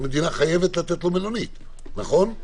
המדינה חייבת לתת לו מלונית, נכון?